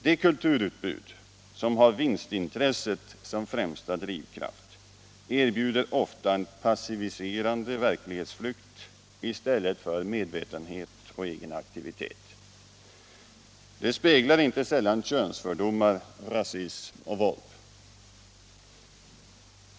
Det kulturutbud som har vinstintresset som främsta drivkraft erbjuder ofta en passiviserande verklighetsflykt i stället för medvetenhet och egen aktivitet. Det speglar inte sällan könsfördomar, rasism och våld.